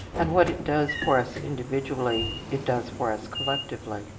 and what it does for us individually, it does for us collectively.